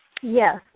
Yes